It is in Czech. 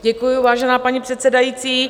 Děkuju, vážená paní předsedající.